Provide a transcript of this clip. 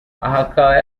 akaba